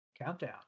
Countdown